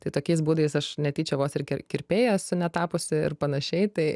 tai tokiais būdais aš netyčia vos ir kirpėja esu net tapusi ir panašiai tai